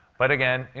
but again, you